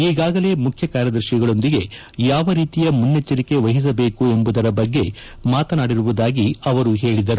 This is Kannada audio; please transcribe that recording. ಈಗಾಗಲೇ ಮುಖ್ಚಕಾರ್ಯದರ್ಶಿಗಳೊಂದಿಗೆ ಯಾವ ರೀತಿಯ ಮುನ್ನೆಚ್ಚರಿಕೆ ವಹಿಸಬೇಕು ಎಂಬುದರ ಬಗ್ಗೆ ಮಾತನಾಡಿರುವುದಾಗಿ ಅವರು ಹೇಳದರು